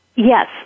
Yes